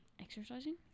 exercising